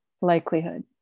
likelihood